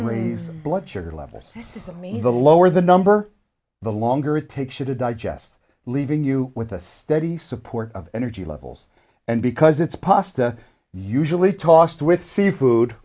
raise blood sugar levels this isn't me the lower the number the longer it takes you to digest leaving you with a steady support of energy levels and because it's pasta usually tossed with seafood